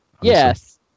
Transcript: Yes